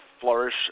flourish